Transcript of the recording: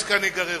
יש כאן היגררות.